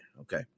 Okay